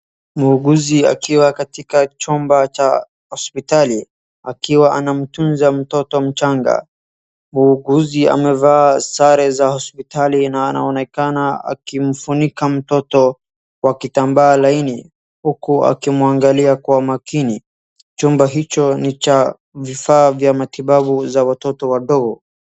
Muuguzi akiwa katika chumba cha hospitali, akiwa anamtunza mtoto mchanga. Muuguzi amevaa sare za hospitali na anaonekana akimfunika mtoto kwa kitambaa laini, huku akimwangalia kwa makini. Chumba hicho ni cha vifaa vya matibabu za watoto wadogo.